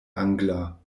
angla